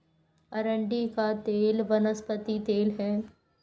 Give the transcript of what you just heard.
अरंडी का तेल वनस्पति तेल है